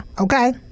okay